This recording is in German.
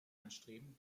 anstreben